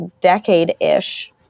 decade-ish